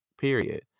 period